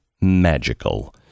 magical